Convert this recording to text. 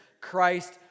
Christ